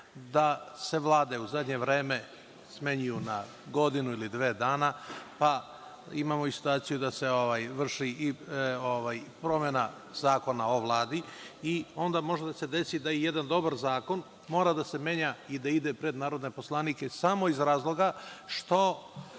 da se vlade u zadnje vreme smenjuju na godinu ili dve dana, pa imamo i situaciju da se vrši promena Zakona o Vladi i onda može da se desi da i jedan dobar zakon mora da se menja i da ide pred narodne poslanike samo iz razloga što